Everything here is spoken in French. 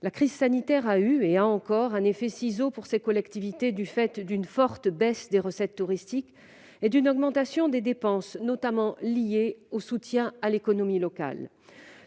La crise sanitaire a eu et a encore un effet ciseau pour ces collectivités : une forte baisse des recettes touristiques et une augmentation des dépenses, notamment liées au soutien à l'économie locale.